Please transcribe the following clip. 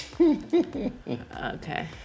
okay